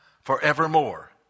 forevermore